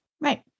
Right